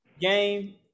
game –